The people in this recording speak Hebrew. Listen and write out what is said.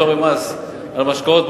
פטור ממס על משקאות,